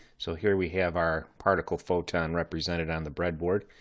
so here we have our particle photon represented on the breadboard.